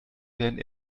während